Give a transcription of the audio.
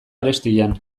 arestian